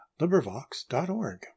LibriVox.org